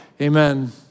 Amen